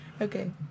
Okay